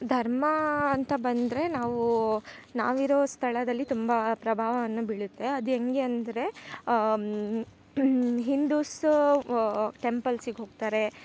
ಧರ್ಮ ಅಂತ ಬಂದರೆ ನಾವು ನಾವಿರೋ ಸ್ಥಳದಲ್ಲಿ ತುಂಬ ಪ್ರಭಾವವನ್ನ ಬಿಳತ್ತೆ ಅದು ಹೇಗೆ ಅಂದರೆ ಹಿಂದುಸ್ ವ ಟೆಂಪಲ್ಸಿಗೋಗ್ತಾರೆ